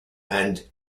and